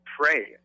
pray